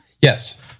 Yes